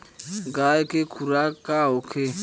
गाय के खुराक का होखे?